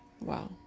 wow